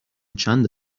چند